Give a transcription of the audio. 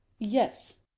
yes.